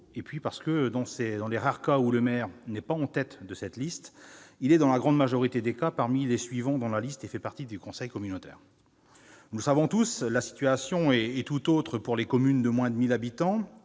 Par ailleurs, les rares fois où le maire n'est pas en tête de cette liste, il est dans la grande majorité des cas parmi les suivants dans la liste et fait partie du conseil communautaire. Nous le savons tous, la situation est tout autre pour les communes de moins de 1 000 habitants,